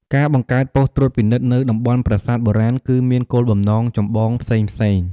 ការបង្កើតបុស្តិ៍ត្រួតពិនិត្យនៅតំបន់ប្រាសាទបុរាណគឺមានគោលបំណងចម្បងផ្សេងៗ។